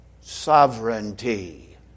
sovereignty